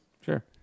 Sure